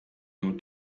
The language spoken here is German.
nur